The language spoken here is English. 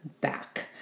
back